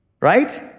right